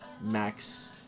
Max